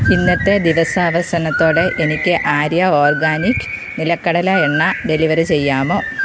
ഇന്നത്തെ ദിവസാവസാനത്തോടെ എനിക്ക് ആര്യ ഓർഗാനിക് നിലക്കടല എണ്ണ ഡെലിവറി ചെയ്യാമോ